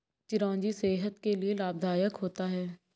चिरौंजी सेहत के लिए लाभदायक होता है